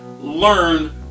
learn